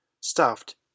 stuffed